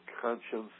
conscience